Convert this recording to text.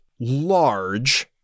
large